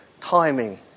timing